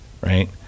right